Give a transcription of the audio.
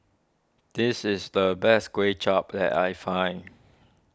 this is the best Kway Chap that I find